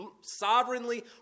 sovereignly